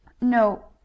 No